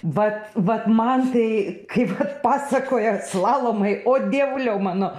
vat vat man tai kaip kad pasakoja slalomai o dievuliau mano